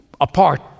apart